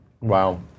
Wow